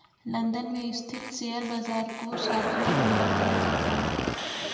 London में स्थित share बाजार को सातवां नम्बर दिया जाता है